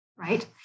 Right